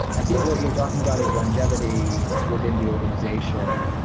i think what you're talking about is longevity within the organization.